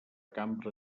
cambra